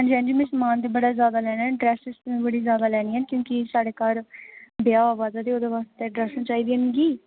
हांजी हांजी मैं समान ते बड़ा ज्यादा लैना ऐ ड्रेस मीं बड़ी ज्यादा लैनियां न क्योंकि साढ़े घर ब्याह आवा दा ते ओह्दे आस्ते ड्रैसां चाहिदियां मिगी